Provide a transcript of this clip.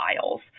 files